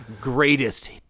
greatest